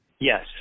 Yes